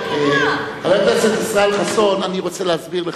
חבר הכנסת ישראל חסון, אני רוצה להסביר לך.